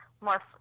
more